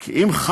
כי אם,